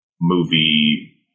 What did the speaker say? movie